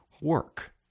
work